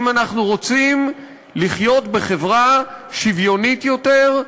אם אנחנו רוצים לחיות בחברה שוויונית יותר,